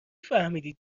فهمیدی